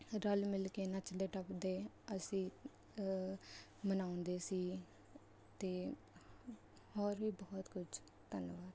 ਰਲ ਮਿਲ ਕੇ ਨੱਚਦੇ ਟੱਪਦੇ ਅਸੀਂ ਮਨਾਉਂਦੇ ਸੀ ਅਤੇ ਹੋਰ ਵੀ ਬਹੁਤ ਕੁਝ ਧੰਨਵਾਦ